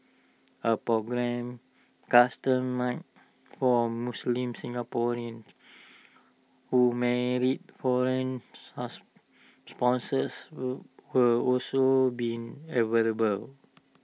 A programme customised for Muslim Singaporeans who marry foreign spouses will also be available